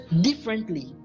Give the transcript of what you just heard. differently